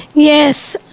yes.